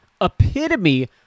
epitome